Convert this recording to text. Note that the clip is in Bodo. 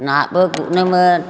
नाबो गुथनोमोन